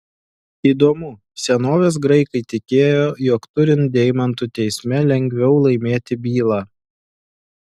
įdomu senovės graikai tikėjo jog turint deimantų teisme lengviau laimėti bylą